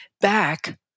back